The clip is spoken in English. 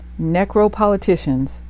necropoliticians